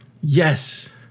yes